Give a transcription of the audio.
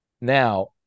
Now